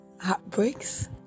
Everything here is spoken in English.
heartbreaks